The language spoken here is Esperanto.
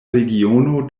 regiono